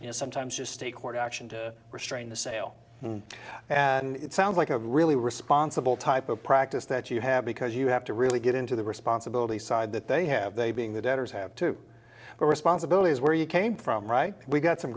you know sometimes just a court action to restrain the sale and it sounds like a really responsible type of practice that you have because you have to really get into the responsibility side that they have they being the debtors have to the responsibility is where you came from right we got some